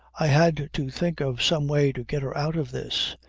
i had to think of some way to get her out of this.